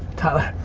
tyler,